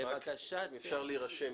מי שמבקש לדבר צריך להירשם,